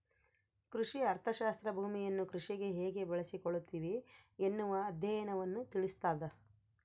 ಕೃಷಿ ಅರ್ಥಶಾಸ್ತ್ರ ಭೂಮಿಯನ್ನು ಕೃಷಿಗೆ ಹೇಗೆ ಬಳಸಿಕೊಳ್ಳುತ್ತಿವಿ ಎನ್ನುವ ಅಧ್ಯಯನವನ್ನು ತಿಳಿಸ್ತಾದ